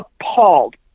appalled